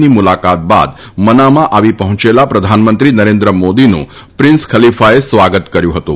ની મુલાકાત બાદ મનામા આવી પહોંચેલા પ્રધાનમંત્રી નરેન્દ્ર મોદીનું પ્રિન્સ ખલીફાએ સ્વાગત કર્યું હતું